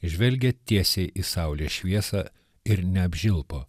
žvelgia tiesiai į saulės šviesą ir neapžilpo